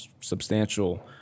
substantial